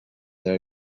their